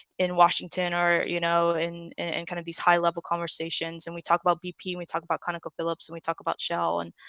in washington or you know in in kind of these high-level conversations and we talk about bp we talk about conocophillips and we talk about shell and